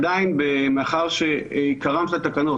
עדיין מאחר שעיקרן של התקנות,